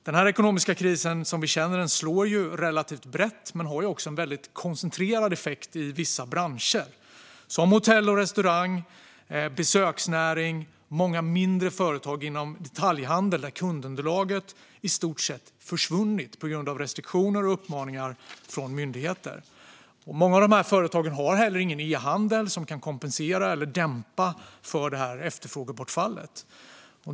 Denna ekonomiska kris, som vi känner den, slår relativt brett men har också en väldigt koncentrerad effekt i vissa branscher. Det gäller exempelvis hotell och restaurang, besöksnäring och många mindre företag inom detaljhandel, där kundunderlaget i stort sett försvunnit på grund av restriktioner och uppmaningar från myndigheter. Många av dessa företag har heller ingen e-handel som kan kompensera eller dämpa efterfrågebortfallet.